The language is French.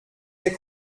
lès